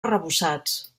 arrebossats